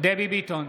דבי ביטון,